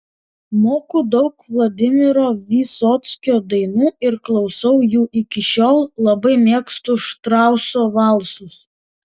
moku daug vladimiro vysockio dainų ir klausau jų iki šiol labai mėgstu štrauso valsus